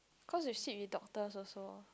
cause you sit with doctors also